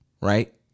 Right